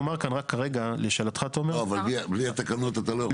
בלי התקנות אתה לא יכול.